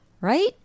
right